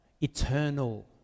eternal